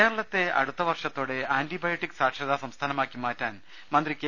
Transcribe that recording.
കേരളത്തെ അടുത്ത വർഷത്തോടെ ആന്റിബ്യോട്ടിക് സാക്ഷരത സംസ്ഥാനമാക്കി മാറ്റാൻ മന്ത്രി കെ